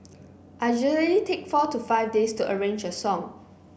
I usually take four to five days to arrange a song